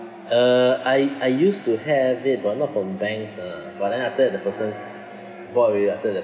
uh I I used to have it but not from banks ah but then after that the person got away after the